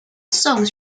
songs